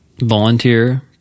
Volunteer